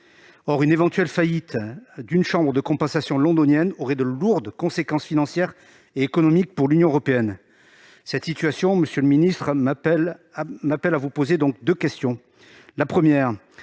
Une éventuelle faillite d'une chambre de compensation londonienne aurait de lourdes conséquences financières et économiques pour l'Union européenne. Cette situation m'appelle à vous poser deux questions, monsieur